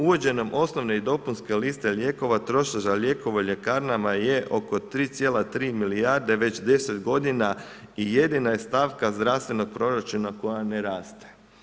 Uvođenjem osnovne i dopunske liste lijekova, troškova lijekova u ljekarnama je oko 3,3 milijarde već 10 g. i jedina je stavka zdravstvenog proračuna koja ne raste.